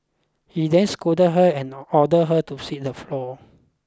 he then scolded her and ordered her to sweep the floor